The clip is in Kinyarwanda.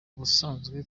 ubusanzwe